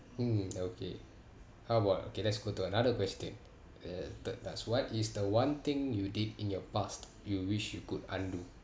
mm okay how about okay let's go to another question uh third last what is the one thing you did in your past you wish you could undo